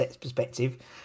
perspective